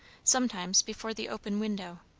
sometimes before the open window,